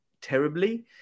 terribly